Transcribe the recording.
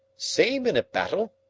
same in a battle,